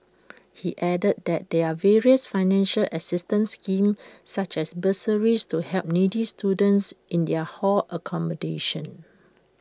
he added that there are various financial assistance schemes such as bursaries to help needy students in their hall accommodation